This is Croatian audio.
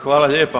Hvala lijepa.